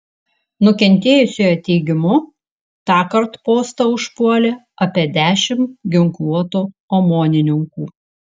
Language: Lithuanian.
nukentėjusiojo teigimu tąkart postą užpuolė apie dešimt ginkluotų omonininkų